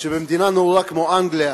שבמדינה נאורה כמו אנגליה